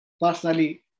personally